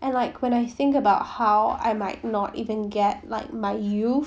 and like when I think about how I might not even get like my youth